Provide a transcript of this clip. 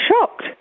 shocked